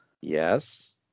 Yes